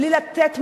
בלי לתת מענים,